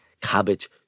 Cabbage